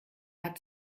hat